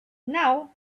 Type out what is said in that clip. now